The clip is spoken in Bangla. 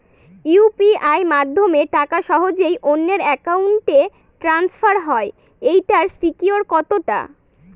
ইউ.পি.আই মাধ্যমে টাকা সহজেই অন্যের অ্যাকাউন্ট ই ট্রান্সফার হয় এইটার সিকিউর কত টা?